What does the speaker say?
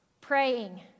praying